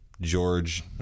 George